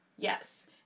Yes